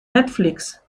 netflix